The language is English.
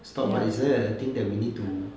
stop but is there anything that we need to